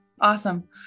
Awesome